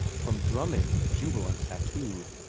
from drumming a jubilant tattoo.